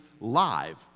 live